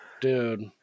dude